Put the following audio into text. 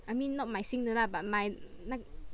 I mean not 买新的啦 but 买那